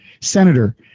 Senator